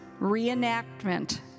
reenactment